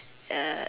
uh